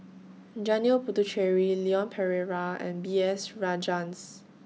Janil Puthucheary Leon Perera and B S Rajhans